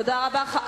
תודה רבה.